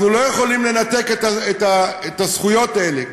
אנחנו לא יכולים לנתק את הזכויות האלה,